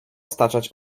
staczać